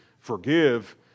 forgive